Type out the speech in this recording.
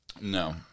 no